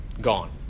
gone